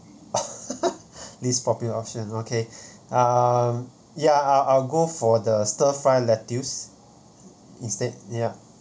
least popular option okay um ya I'll I'll go for the stir fry lettuce instead ya